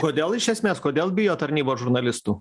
kodėl iš esmės kodėl bijo tarnybos žurnalistų